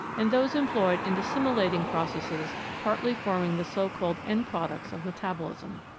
and those employed in dissimilating processes partly forming the so-called end-products of metabolism.